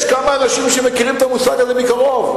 יש כמה אנשים שמכירים את המושג הזה מקרוב,